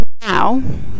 now